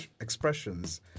expressions